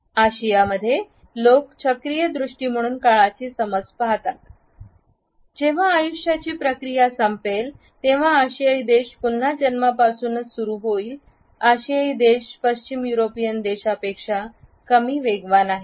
आशिया मध्ये लोक चक्रीय दृष्टी म्हणून काळाची समज पाहतात जेव्हा आयुष्याची प्रक्रिया संपेल तेव्हा आशियाई देश पुन्हा जन्मापासूनच सुरू होतील आशियाई देश पश्चिम युरोपियन देशापेक्षा कमी वेगवान आहेत